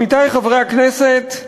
עמיתי חברי הכנסת,